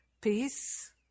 peace